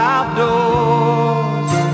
Outdoors